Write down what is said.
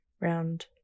round